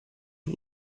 gli